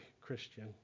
Christian